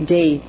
Day